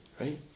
right